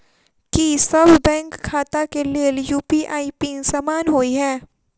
की सभ बैंक खाता केँ लेल यु.पी.आई पिन समान होइ है?